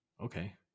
okay